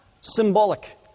symbolic